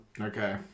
Okay